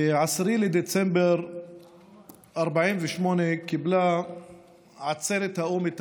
ב-10 בדצמבר 48' קיבלה עצרת האו"ם את